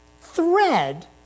thread